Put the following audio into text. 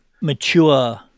mature